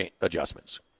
adjustments